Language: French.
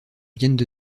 viennent